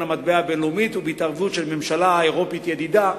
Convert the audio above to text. המטבע הבין-לאומית ובהתערבות ממשלה אירופית ידידה,